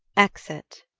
exit